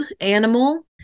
animal